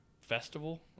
festival